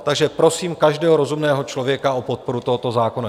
Takže prosím každého rozumného člověka o podporu tohoto zákona.